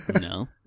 No